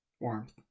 warmth